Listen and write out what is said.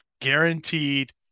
guaranteed